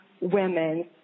women